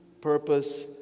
purpose